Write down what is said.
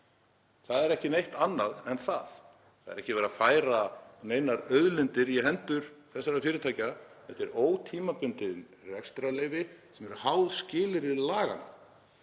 Það er ekki neitt annað en það, það er ekki verið að færa neinar auðlindir í hendur þessara fyrirtækja. Þetta eru ótímabundin rekstrarleyfi sem eru háð skilyrði laganna.